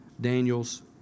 Daniel's